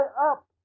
up